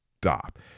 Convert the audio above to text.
stop